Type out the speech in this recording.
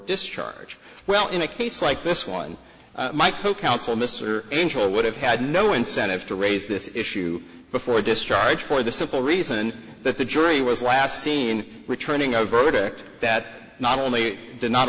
discharge well in a case like this one my co counsel mr angel would have had no incentive to raise this issue before discharge for the simple reason that the jury was last seen returning a verdict that not only did not